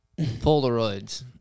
polaroids